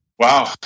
Wow